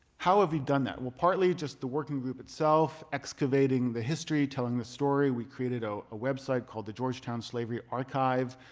how have we done that? well, partly just the working group itself, excavating the history, telling the story. we created a ah website called the georgetown slavery archive,